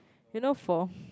you know from